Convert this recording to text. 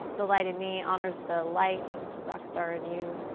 the light in me honors the light rock star in you.